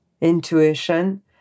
intuition